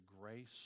grace